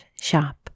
shop